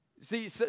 See